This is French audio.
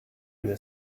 n’est